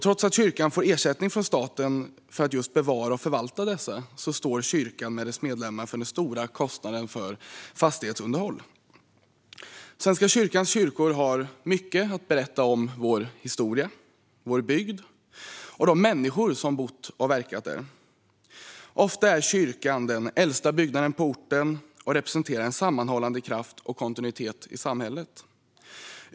Trots att kyrkan får ersättning från staten för att bevara och förvalta dessa står kyrkan med sina medlemmar för den stora kostnaden för fastighetsunderhåll. Svenska kyrkans kyrkor har mycket att berätta om vår historia, vår bygd och de människor som bott och verkat där. Ofta är kyrkan den äldsta byggnaden på orten och representerar en sammanhållande kraft och kontinuitet i samhället.